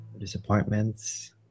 disappointments